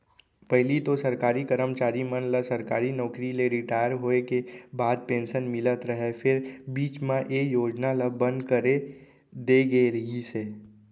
पहिली तो सरकारी करमचारी मन ल सरकारी नउकरी ले रिटायर होय के बाद पेंसन मिलत रहय फेर बीच म ए योजना ल बंद करे दे गे रिहिस हे